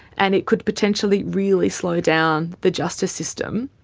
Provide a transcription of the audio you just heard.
and it could potentially really slow down the justice system.